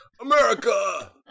America